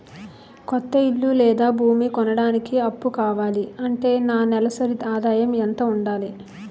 కొత్త ఇల్లు లేదా భూమి కొనడానికి అప్పు కావాలి అంటే నా నెలసరి ఆదాయం ఎంత ఉండాలి?